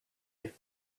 have